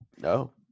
No